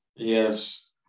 yes